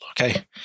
okay